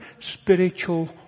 spiritual